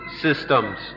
systems